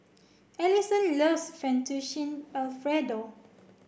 Alison loves Fettuccine Alfredo